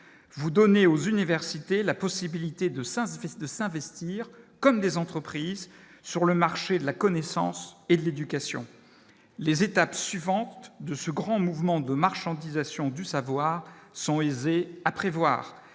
vous donner aux universités la possibilité de s'inscrivent de s'investir comme des entreprises sur le marché de la connaissance et de l'éducation, les étapes suivantes de ce grand mouvement de marchandisation du savoir sont élevés à prévoir,